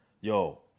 Yo